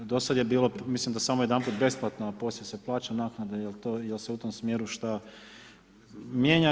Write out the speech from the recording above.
Do sada je bilo, mislim da samo jedanput besplatno a poslije se plaća naknada jel se u tom smjeru šta mijenja?